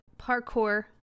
parkour